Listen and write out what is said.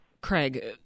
Craig